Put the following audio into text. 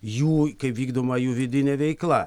jų kai vykdoma jų vidinė veikla